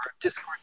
Discord